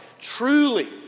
truly